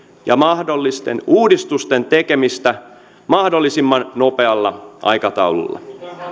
ja mahdollisten uudistusten tekemistä mahdollisimman nopealla aikataululla